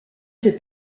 fait